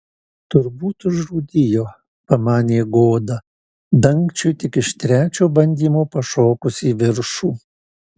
turbūt užrūdijo pamanė goda dangčiui tik iš trečio bandymo pašokus į viršų